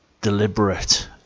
deliberate